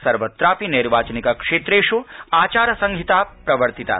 सर्वत्रापिनैर्वाचनिकक्षेत्रेषु आचारसंहिता प्रवर्तिता